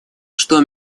что